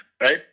right